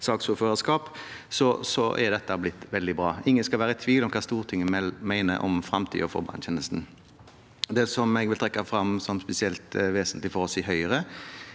er dette blitt veldig bra. Ingen skal være tvil om hva Stortinget mener om fremtiden for branntjenesten. Det jeg vil trekke frem som spesielt vesentlig for oss i Høyre,